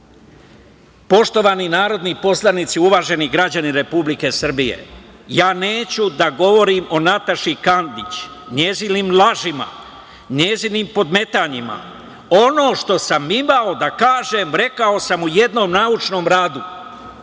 narodni poslanici, uvaženi građani Republike Srbije, ja neću da govorim o Nataši Kandić, njezinim lažima, njezinim podmetanjima. Ono što sam imao da kažem rekao sam u jednom naučnom radu,